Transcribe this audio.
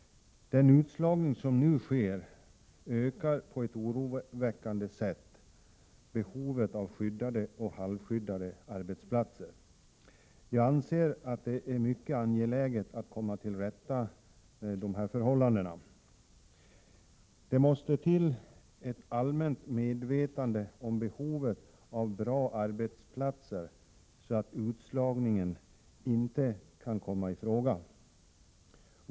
Den ökar på ett oroväckande sätt behovet av skyddade och halvskyddade arbetsplatser. Jag anser att det är mycket angeläget att komma till rätta med dessa förhållanden. Det måste till ett allmänt medvetande om behovet av bra arbetsplatser, så att utslagning inte kan komma i fråga.